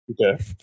Okay